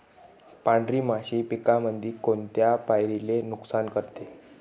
पांढरी माशी पिकामंदी कोनत्या पायरीले नुकसान करते?